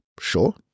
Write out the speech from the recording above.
sure